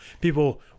people